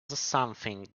something